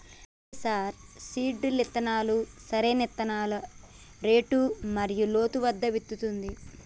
అయితే sir seed drill ఇత్తనాలను సరైన ఇత్తనాల రేటు మరియు లోతు వద్ద విత్తుతుంది